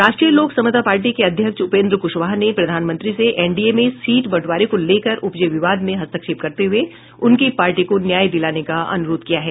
राष्ट्रीय लोक समता पार्टी के अध्यक्ष उपेन्द्र कुशवाहा ने प्रधानमंत्री से एनडीए में सीट बंटवारे को लेकर उपजे विवाद में हस्तक्षेप करते हुये उनकी पार्टी को न्याय दिलाने का अनुरोध किया है